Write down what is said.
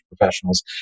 professionals